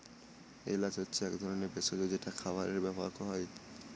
এলাচ হচ্ছে এক ধরনের ভেষজ যেটা খাবারে ব্যবহার করা হয়